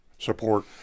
support